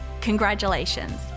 congratulations